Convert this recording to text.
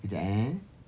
then kejap eh